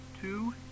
two